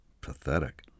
Pathetic